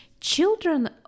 Children